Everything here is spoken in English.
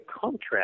contract